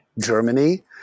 Germany